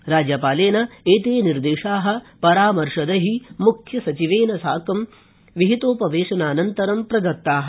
राज्यपालेन एते निर्देशा परामर्शकै मुख्य सचिवेन च साकम् विहितोपवेशनानन्तरं प्रदत्ता